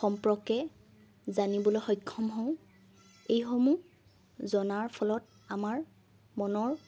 সম্পৰ্কে জানিবলৈ সক্ষম হওঁ এইসমূহ জনাৰ ফলত আমাৰ মনৰ